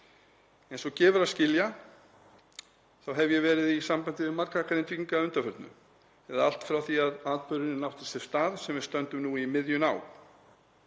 Eins og gefur að skilja hef ég verið í sambandi við marga Grindvíkinga að undanförnu eða allt frá því að atburðurinn átti sér stað sem við stöndum nú í miðjunni á.